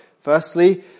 firstly